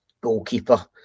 goalkeeper